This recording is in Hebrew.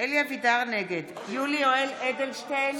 יולי יואל אדלשטיין,